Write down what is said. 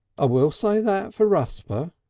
ah will say that for rusper.